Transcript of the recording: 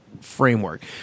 framework